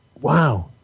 wow